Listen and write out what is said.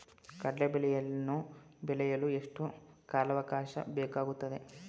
ಕಡ್ಲೆ ಬೇಳೆಯನ್ನು ಬೆಳೆಯಲು ಎಷ್ಟು ಕಾಲಾವಾಕಾಶ ಬೇಕಾಗುತ್ತದೆ?